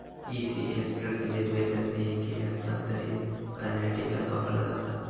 ECS प्रक्रियेत, वेतन देयके हस्तांतरित करण्यासाठी व्याज वापरला जाता